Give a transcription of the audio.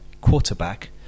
quarterback